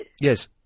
Yes